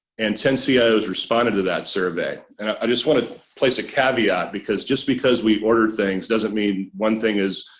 and ten cios responded to that survey and i just want to place a caveat because just because we ordered things doesn't mean one thing is